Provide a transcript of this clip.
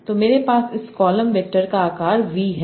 तो मेरे पास इस कॉलम वेक्टर का आकार v है